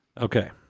Okay